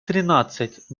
тринадцать